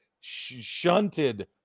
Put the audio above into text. shunted